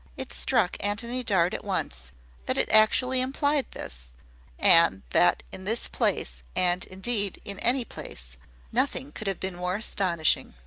it struck antony dart at once that it actually implied this and that in this place and indeed in any place nothing could have been more astonishing.